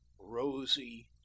rosy